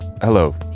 hello